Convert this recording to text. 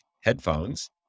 headphones